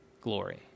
glory